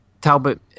Talbot